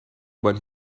when